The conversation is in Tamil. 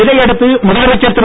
இதையடுத்து முதலமைச்சர் திரு